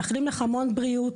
מאחלים לך המון בריאות,